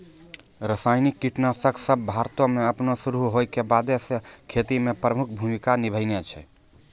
रसायनिक कीटनाशक सभ भारतो मे अपनो शुरू होय के बादे से खेती मे प्रमुख भूमिका निभैने छै